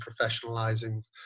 professionalizing